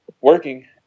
working